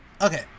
Okay